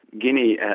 Guinea